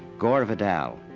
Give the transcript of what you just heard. gore vidal.